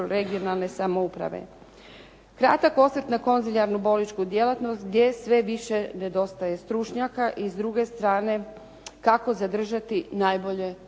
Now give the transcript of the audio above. regionalne samouprave. Kratak osvrt na konzilijarnu bolničku djelatnost, gdje sve više nedostaje stručnjaka i s druge strane kako zadržati najbolje